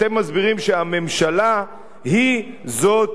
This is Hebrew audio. אתם מסבירים שהממשלה היא זאת